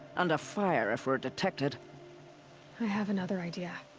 under fire if we're detected. i have another idea.